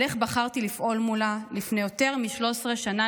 על איך בחרתי לפעול מולה לפני יותר מ-13 שנה,